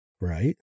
Right